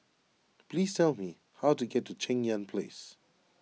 please tell me how to get to Cheng Yan Place